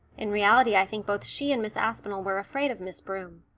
in reality i think both she and miss aspinall were afraid of miss broom.